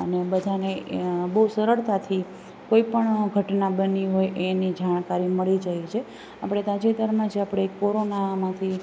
અને બધાંને બહુ સરળતાથી કોઈ પણ ઘટના બની હોય એની જાણકારી મળી જાય છે આપણે તાજેતરમાં જે આપણે કોરોનામાંથી